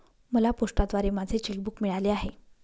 मला पोस्टाद्वारे माझे चेक बूक मिळाले आहे